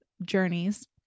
journeys